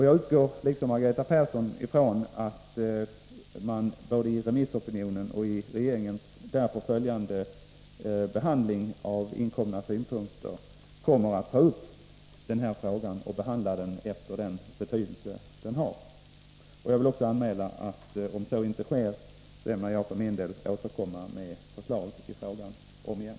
Jag, liksom Margareta Persson, utgår ifrån att både remissorganen och regeringen vid sin behandling av remissyttrandena kommer att ta upp denna fråga och behandla den i enlighet med dess betydelse. Jag vill också anmäla att om så inte sker, ämnar jag för min del återkomma med förslag i frågan.